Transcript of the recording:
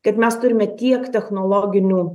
kad mes turime tiek technologinių